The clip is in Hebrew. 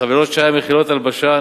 וחבילות שי המכילות הלבשה,